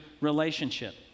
relationship